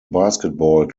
basketball